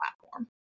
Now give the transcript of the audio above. platform